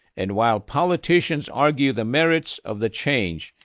and while politicians argue the merits of the change,